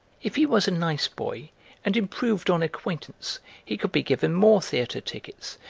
if he was a nice boy and improved on acquaintance he could be given more theatre tickets,